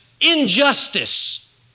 injustice